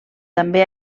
també